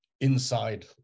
inside